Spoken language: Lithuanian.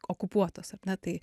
okupuotos ar ne tai